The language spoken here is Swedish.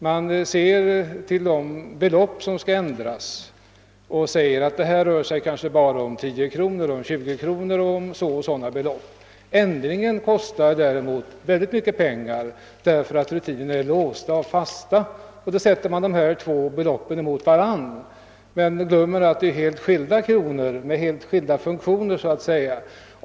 Man riktar uppmärksamheten på de belopp som skall ändras och säger att detta kanske bara rör sig om 10, 20 kronor eller om så och så stora belopp. Själva ändringen kostar däremot mycket pengar därför att rutinerna vid ändringsförfarandet är låsta. I sådana fall ställer man de två beloppen emot varandra men glömmer då att det rör sig om kronor med helt skilda funktioner.